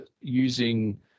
using